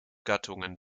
gattungen